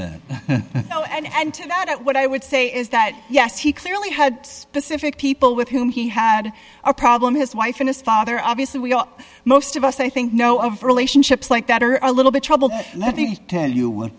that what i would say is that yes he clearly had specific people with whom he had a problem his wife and his father obviously we are most of us i think know of relationships like that are a little bit troubled let me tell you what